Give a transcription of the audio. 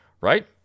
right